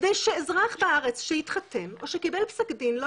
כדי שאזרח בארץ שהתחתן או שקיבל פסק דין לא